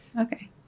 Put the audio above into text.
Okay